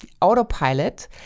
autopilot